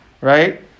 right